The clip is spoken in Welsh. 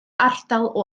ardal